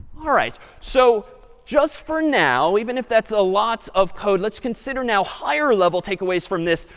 all right, so just for now, even if that's a lot of code, let's consider now higher level takeaways from this,